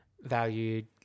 valued